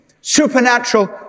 supernatural